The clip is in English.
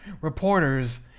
reporters